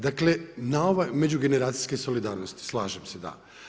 Dakle, na ovaj, međugeneracijske solidarnosti slažem se da.